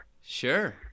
sure